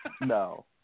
No